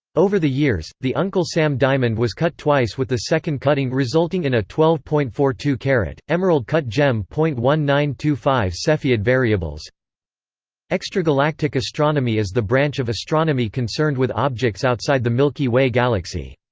over the years, the uncle sam diamond was cut twice with the second cutting resulting in a twelve point four two carat, emerald-cut g e m point one nine two five cepheid variables extragalactic astronomy is the branch of astronomy concerned with objects outside the milky way galaxy.